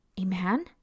Amen